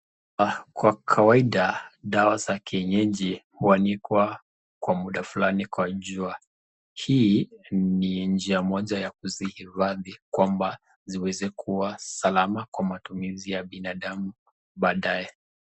Kwa kawaida dawa za kienyeji huanikwa kwa muda fulani kwa jua. Hii ni njia moja ya kuzihifadhi kwamba ziweze kuwa salama kwa matumizi ya binadamu baadaye.